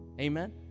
Amen